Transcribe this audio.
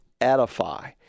edify